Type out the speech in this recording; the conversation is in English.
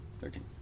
Thirteen